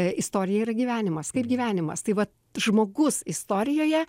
istorija yra gyvenimas kaip gyvenimas tai vat žmogus istorijoje